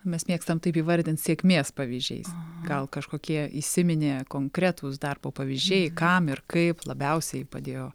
mes mėgstam taip įvardint sėkmės pavyzdžiais gal kažkokie įsiminė konkretūs darbo pavyzdžiai kam ir kaip labiausiai padėjo